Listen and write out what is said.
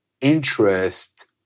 interest